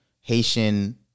Haitian